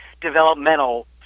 developmental